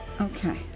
Okay